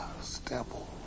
stable